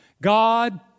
God